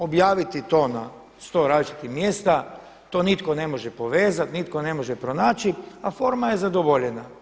Objaviti to na sto različitih mjesta to nitko ne može povezati, nitko ne može pronaći, a forma je zadovoljena.